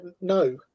no